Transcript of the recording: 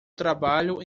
trabalho